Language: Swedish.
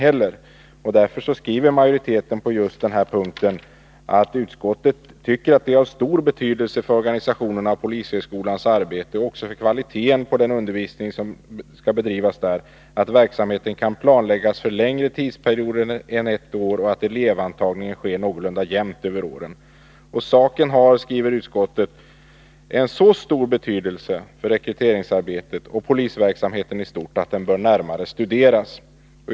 Utskottsmajoriteten skriver därför också på denna punkt ”att utskottet finner det vara av stor betydelse för organisationen av polishögskolans arbete och därmed också för kvaliteten på den undervisning som där bedrivs att verksamheten kan planläggas för längre tidsperioder än ett år och att Nr 107 elevantagningen sker någorlunda jämnt över åren. Saken har enligt Torsdagen den utskottets mening så stor betydelse för rekryteringsarbetet och polisverk 24 mars 1983 samheten i stort att den bör närmare studeras.